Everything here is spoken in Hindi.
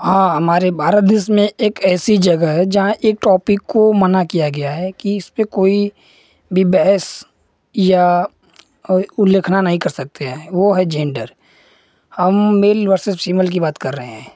हाँ हमारे भारत देश में एक ऐसी जगह है जहाँ एक टॉपिक़ को मना किया गया है कि इस पर कोई भी बहस या उल्लेख़ना नहीं कर सकते हैं वह है जेन्डर हम मेल वर्सेस फ़ीमेल की बात कर रहे हैं